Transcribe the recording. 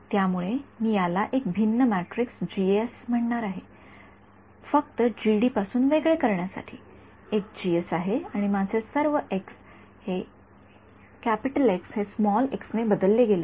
त्यामुळे मी याला एक भिन्न मॅट्रिक्स म्हणणार आहे फक्त पासून वेगळे करण्यासाठी एक आहे आणि माझे सर्व हे एक्स ने बदलले गेले आहेत